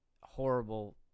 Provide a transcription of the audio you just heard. horrible